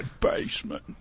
basement